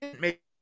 make